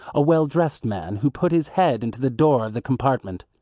a well-dressed man who put his head into the door of the compartment.